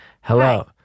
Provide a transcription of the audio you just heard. Hello